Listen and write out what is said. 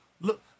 Look